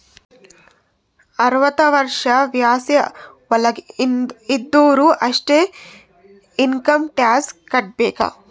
ಅರ್ವತ ವರ್ಷ ವಯಸ್ಸ್ ವಳಾಗ್ ಇದ್ದೊರು ಅಷ್ಟೇ ಇನ್ಕಮ್ ಟ್ಯಾಕ್ಸ್ ಕಟ್ಟಬೇಕ್